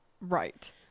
right